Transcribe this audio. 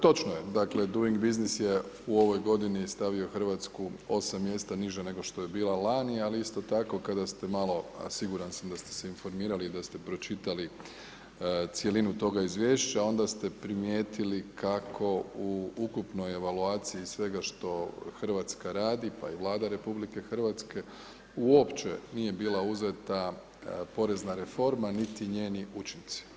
Točno je, dakle Doing Business je u ovoj godini stavio Hrvatsku 8 mjesta niže nego što je bila lani ali isto tako dana ste malo, siguran sam da ste se informirali i da ste pročitali cjelinu toga izvješća, onda ste primijetili kako u ukupnoj evaluaciji svega što Hrvatska radi pa i Vlada RH uopće nije bila uzeta porezna reforma niti njeni učinci.